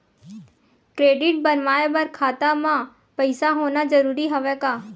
Credit बनवाय बर खाता म पईसा होना जरूरी हवय का?